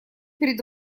перед